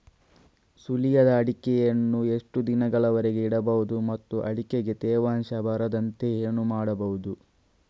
ಸುಲಿಯದ ಅಡಿಕೆಯನ್ನು ಎಷ್ಟು ದಿನಗಳವರೆಗೆ ಇಡಬಹುದು ಮತ್ತು ಅಡಿಕೆಗೆ ತೇವಾಂಶ ಬರದಂತೆ ಏನು ಮಾಡಬಹುದು?